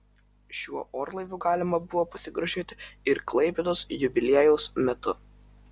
šiuo orlaiviu galima buvo pasigrožėti ir klaipėdos jubiliejaus metu